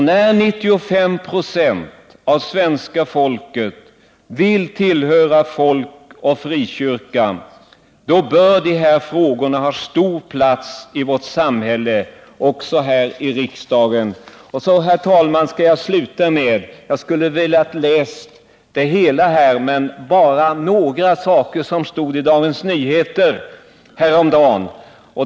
När 95 96 av svenska folket vill tillhöra folkoch frikyrkan, då bör de här frågorna ha stor plats i vårt samhälle och också här i riksdagen. Till sist, herr talman, skulle jag vilja läsa upp ett stycke ur en artikel i Dagens Nyheter häromdagen.